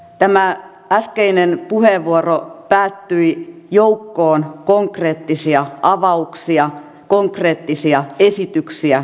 tämä äskeinen puheenvuoro päättyi joukkoon konkreettisia avauksia konkreettisia esityksiä konkreettisia vaihtoehtoja